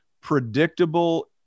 predictable